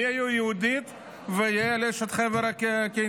מי היו יהודית ויעל אשת חבר הקיני?